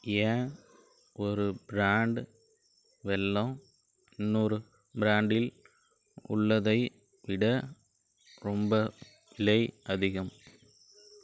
ஏன் ஒரு பிராண்ட் வெல்லம் இன்னொரு பிராண்டில் உள்ளதை விட ரொம்ப விலை அதிகம்